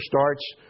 starts